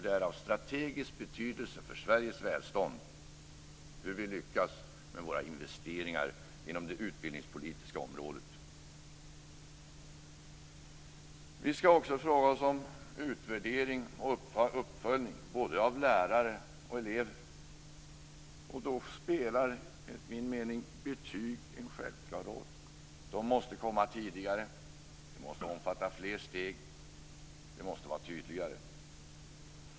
Det är av strategisk betydelse för Sveriges välstånd hur vi lyckas med våra investeringar inom det utbildningspolitiska området. Vi skall också ställa frågor till oss själva om utvärdering och uppföljning, både av lärare och av elever, och då spelar enligt min mening betygen en självklar roll. De måste komma tidigare, de måste omfatta fler steg och de måste vara tydligare.